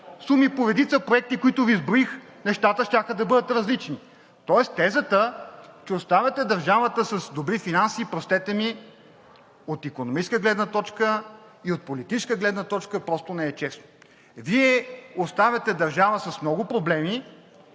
суми по редица проекти, които Ви изброих, нещата щяха да бъдат различни. Тоест, тезата, че оставяте държавата с добри финанси, простете ми, от икономическа гледна точка и от политическа гледна точка просто не е честно. Вие оставяте държава с много проблеми